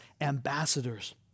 ambassadors